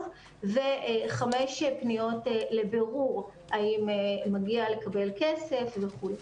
וחמש פניות לבירור האם מגיע לקבל כסף וכולי.